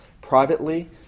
Privately